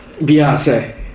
Beyonce